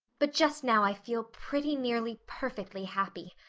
but just now i feel pretty nearly perfectly happy.